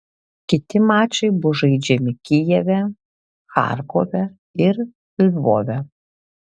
kiti mačai bus žaidžiami kijeve charkove ir lvove